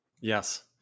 Yes